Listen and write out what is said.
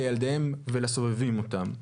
לילדיהם ולסובבים אותם.